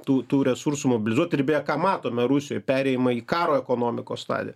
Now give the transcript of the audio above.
tų tų resursų mobilizuoti ir beje ką matome rusijoj perėjimą į karo ekonomikos stadiją